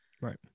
right